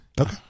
Okay